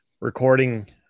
recording